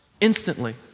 instantly